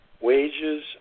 wages